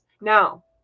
Now